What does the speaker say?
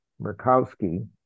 Murkowski